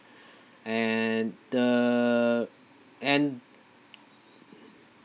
and the and